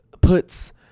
puts